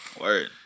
Word